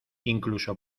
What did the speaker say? incluso